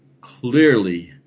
clearly